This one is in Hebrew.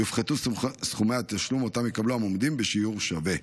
יופחתו סכומי התשלום שיקבלו המועמדים בשיעור שווה.